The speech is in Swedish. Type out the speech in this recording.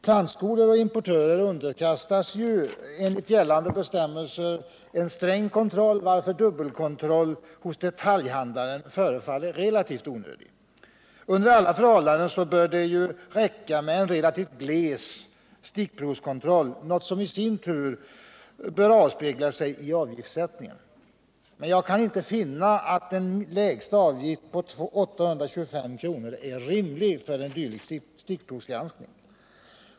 Plantskolor och importörer underkastas ju enligt gällande bestämmelser en sträng kontroll, varför en dubbelkontroll hos detaljhandlaren förefaller relativt onödig. Under alla förhållanden bör det räcka med en relativt gles stickprovskontroll, något som i sin tur bör avspegla sig i avgiftssättningen. Jag kan dock inte finna att en lägsta avgift på 825 kr. är rimlig för en dylik stickprovsgranskning.